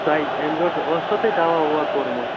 تۄہہِ اَمہِ برٛونٛٹھ اوسوا تۄہہِ دوا وَوا کوٚرمُت